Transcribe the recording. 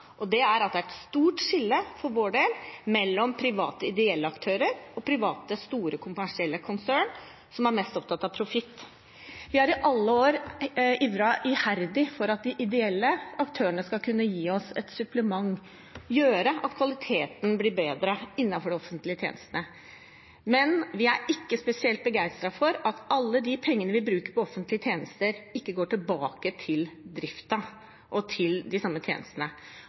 er veldig opptatt av: Det er et stort skille, for vår del, mellom private ideelle aktører og private store, kommersielle konserner som er mest opptatt av profitt. Vi har i alle år ivret iherdig for at de ideelle aktørene skal kunne gi oss et supplement, gjøre at kvaliteten blir bedre innenfor de offentlige tjenestene. Men vi er ikke spesielt begeistret for at alle pengene vi bruker på offentlige tjenester, ikke går tilbake til driften og til de samme tjenestene.